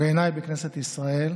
בעיניי בכנסת ישראל,